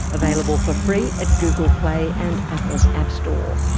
available for free at google play and apple's app store.